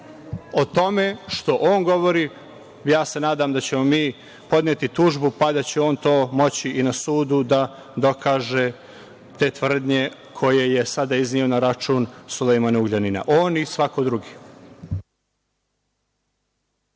o tome što on govorio, nadam se da ćemo mi podneti tužbu, pa da će on moći i na sudu da dokaže te tvrdnje koje je sada izneo na račun Sulejmana Ugljanina, on i svako drugi.